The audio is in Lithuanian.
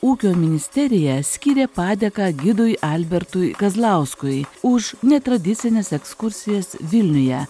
ūkio ministerija skyrė padėką gidui albertui kazlauskui už netradicines ekskursijas vilniuje